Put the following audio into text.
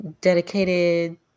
Dedicated